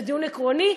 זה דיון עקרוני.